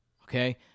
Okay